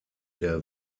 der